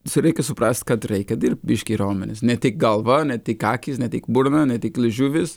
su reikia suprast kad reikia dirbt biškį raumenys ne tik galva ne tik akys ne tik burna ne tik liežuvis